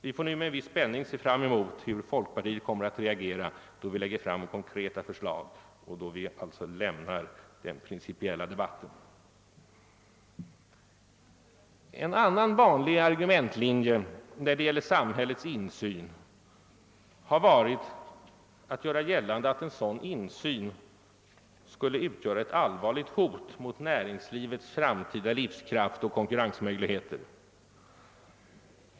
Vi får nu med en viss spänning se fram emot hur folkpartiet kommer att reagera då vi lägger fram konkreta förslag; då vi alltså lämnar den principiella debatten. En annan vanlig argumentlinje när det gäller samhällets insyn har varit att göra gällande att en sådan insyn skulle utgöra ett allvarligt hot mot näringslivets framtida livskraft och konkurrensmöjligheter.